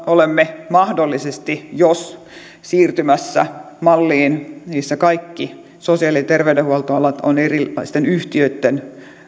olemme mahdollisesti jos siirtymässä malliin missä kaikki sosiaali ja terveydenhuoltoalat ovat erilaisten yhtiöitten